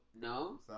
No